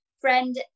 friend